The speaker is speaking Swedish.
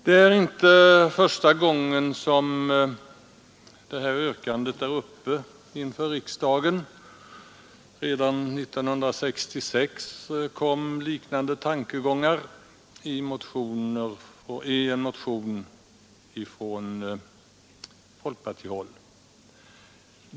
Det är inte första gången som detta yrkande är uppe inför riksdagen. Redan 1966 framfördes liknande tankegångar i en motion från folkpartihåll.